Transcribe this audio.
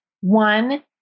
One